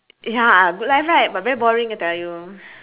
ya good life right but very boring I tell you